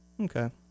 Okay